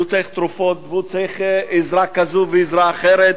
שצריך תרופות וצריך עזרה כזו ועזרה אחרת,